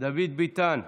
דוד ביטן,